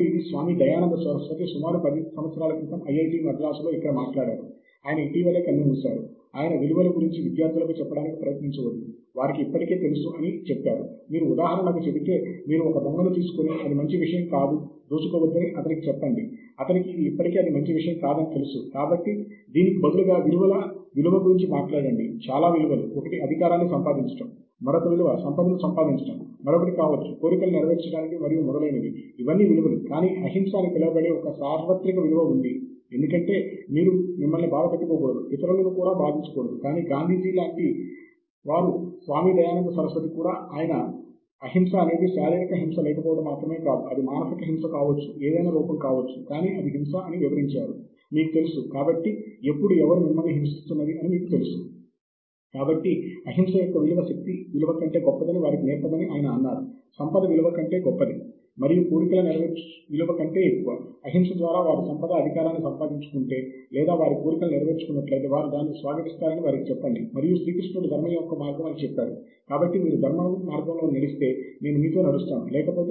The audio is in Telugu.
మరియు వాటిలో కొన్ని మీ విశ్వవిద్యాలయం లో మీ గ్రందాలయ సభ్యత్వము ద్వారా పొందవచ్చు రిఫరెన్స్ మేనేజర్ల గురించి మీరు ఖచ్చితంగా మీ విశ్వవిద్యాలయానికి సూచనల మేరకు అందుబాటులో ఉన్న వాటిని మీ